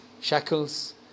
shackles